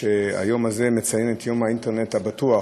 היום מציינים את יום האינטרנט הבטוח.